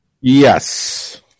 Yes